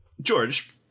george